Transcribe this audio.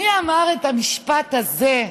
מי אמר את המשפט הזה: